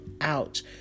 out